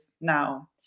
Now